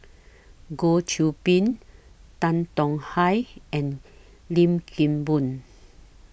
Goh Qiu Bin Tan Tong Hye and Lim Kim Boon